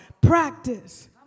practice